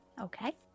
Okay